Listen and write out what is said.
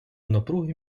напруги